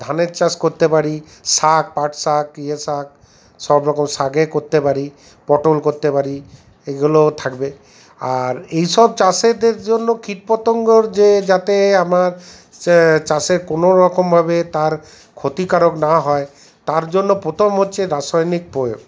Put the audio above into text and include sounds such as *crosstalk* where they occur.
ধানের চাষ করতে পারি শাক পাট শাক ইয়ে শাক সবরকম শাকে করতে পারি পটল করতে পারি এগুলোও থাকবে আর এইসব চাষেদের জন্য কীটপতঙ্গর যে যাতে আমার *unintelligible* চাষে কোনও রকমভাবে তার ক্ষতিকারক না হয় তার জন্য প্রথম হচ্ছে রাসায়নিক পোয়োগ